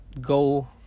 go